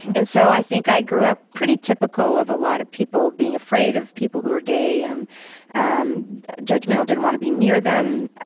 and so i think i grew up pretty typical of a lot of people, being afraid of people who are gay, um um judgmental, didn't want to be near them,